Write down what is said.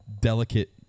delicate